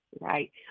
Right